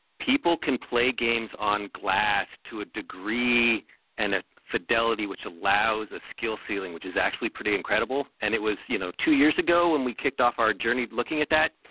people can play games on glass to a degree and a fidelity which allows a skill ceiling which is actually actually pretty incredible. and it was you know two years ago when we kicked off our journey looking at that.